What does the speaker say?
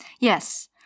Yes